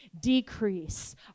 decrease